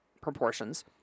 proportions